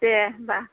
दे होमब्ला